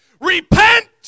Repent